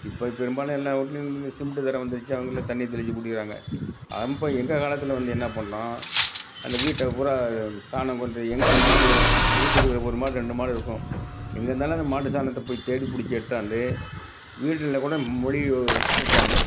இப்போ பெரும்பாலும் எல்லா வீட்லயும் வந்து இந்த சிமிண்ட்டு தரை வந்துடுச்சு அவங்க வீட்டில் தண்ணி தெளித்து கூட்டிக்கிறாங்க அப்போ எங்கள் காலத்தில் வந்து என்ன பண்ணிணோம் அந்த வீட்டில் பூரா சாணம் கொண்டு எங்கள் மாடு வீட்டுக்கு ஒரு மாடு ரெண்டு மாடு இருக்கும் எங்கே இருந்தாலும் அந்த மாட்டு சாணத்தை போய் தேடி பிடிச்சி எடுத்தாந்து வீட்டில் கூட மொழுகி வெ வெ வைப்பாங்க